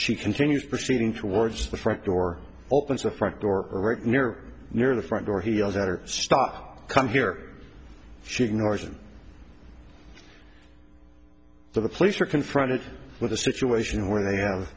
she continues proceeding towards the front door opens the front door right near near the front door he yells at her stop come here she ignores him the police are confronted with a situation where they have